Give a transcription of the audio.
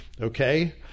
okay